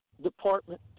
department